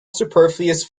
superfluous